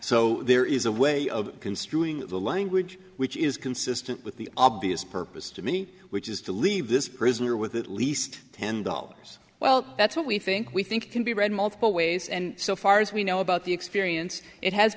so there is a way of construing the language which is consistent with the obvious purpose to me which is to leave this prisoner with at least ten dollars well that's what we think we think can be read multiple ways and so far as we know about the experience it has